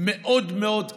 מאוד מאוד כבדים,